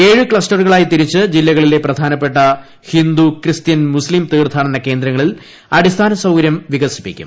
ഏഴ് ക്ലസ്റ്ററുകളായി തിരിച്ച് ജില്ലകളിലെ പ്രധാനപ്പെട്ട ഹിന്ദു ക്രിസ്ത്യൻ മുസ്ലിം തീർഥാടന കേന്ദ്രങ്ങളിൽ അടിസ്ഥാന സൌകര്യ വികസിപ്പിക്കും